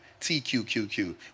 TQQQ